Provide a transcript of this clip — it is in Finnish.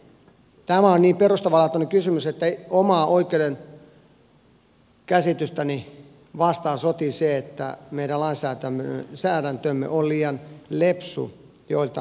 tämä on niin perustavanlaatuinen kysymys että omaa oikeudenkäsitystäni vastaan sotii se että meidän lainsäädäntömme on liian lepsu joiltain osin